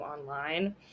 online